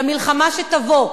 למלחמה שתבוא,